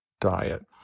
diet